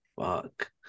Fuck